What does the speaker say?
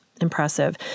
impressive